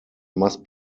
must